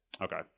Okay